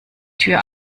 tür